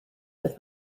with